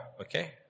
Okay